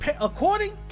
According